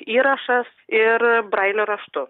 įrašas ir brailio raštu